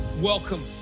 Welcome